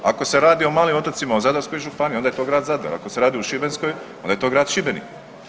Ako se radi o malim otocima u Zadarskoj županiji onda je to grad Zadar, ako se radi o Šibenskoj, onda je to grad Šibenik.